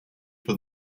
for